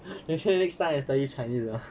actually next time I study chinese lah